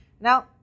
Now